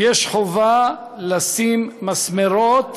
יש חובה לשים מסמרות